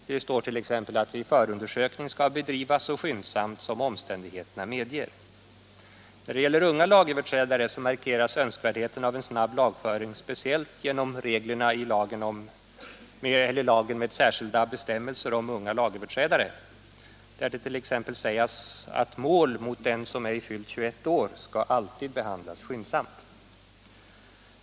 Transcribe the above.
Förundersökning skall t.ex. bedrivas så skyndsamt som omständigheterna medger. När det gäller unga lagöverträdare markeras önskvärdheten av en snabb lagföring speciellt genom reglerna i lagen med särskilda bestämmelser om unga lagöverträdare, där det t.ex. sägs att mål mot den som ej fyllt 21 år alltid skall behandlas skyndsamt.